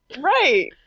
Right